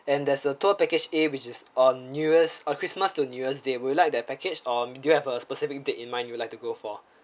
and there's a tour package A which is on new year's uh christmas to new year's day would you like that package or do you have a specific date in mind you'd like to go for